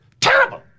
Terrible